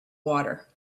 water